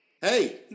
Hey